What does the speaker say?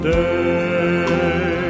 day